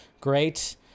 Great